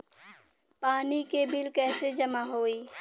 पानी के बिल कैसे जमा होयी?